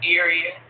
area